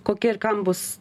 kokia ir kam bus